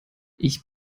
ich